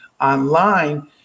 online